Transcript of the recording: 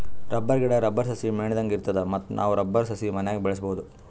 rubber ಗಿಡಾ, rubber ಸಸಿ ಮೇಣದಂಗ್ ಇರ್ತದ ಮತ್ತ್ ನಾವ್ ರಬ್ಬರ್ ಸಸಿ ಮನ್ಯಾಗ್ ಬೆಳ್ಸಬಹುದ್